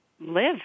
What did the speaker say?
live